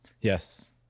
Yes